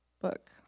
book